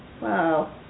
Wow